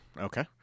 Okay